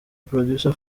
producer